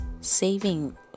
saving